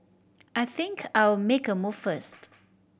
I think I'll make a move first